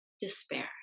despair